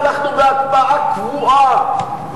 אנחנו בהקפאה קבועה,